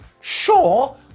sure